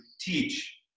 teach